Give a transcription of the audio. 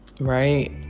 right